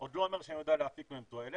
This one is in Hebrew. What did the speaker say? זה עוד לא אומר שאני יודע להפיק מהם תועלת,